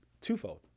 twofold